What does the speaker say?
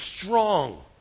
strong